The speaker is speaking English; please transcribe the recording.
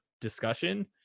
discussion